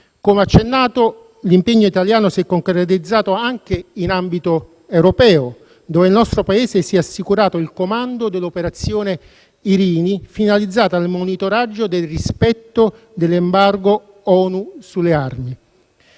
Come accennato, l'impegno italiano si è concretizzato anche in ambito europeo, dove il nostro Paese si è assicurato il comando dell'operazione Irini, finalizzata al monitoraggio del rispetto dell'embargo ONU sulle armi.